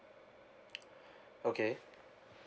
okay